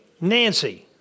Nancy